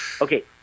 Okay